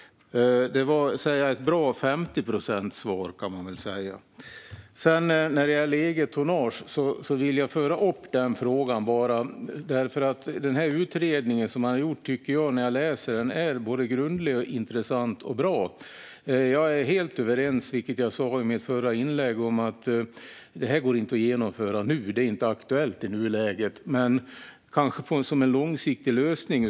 Det var ett bra 50-procentssvar, kan man väl säga. Jag vill också föra upp frågan om eget tonnage. Den utredning som gjorts tycker jag är grundlig, intressant och bra. Som jag sa i mitt förra inlägg instämmer jag helt i att det här inte går att genomföra nu. Det är inte aktuellt i nuläget, men det kanske kan vara en långsiktig lösning.